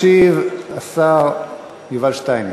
ישיב השר יובל שטייניץ.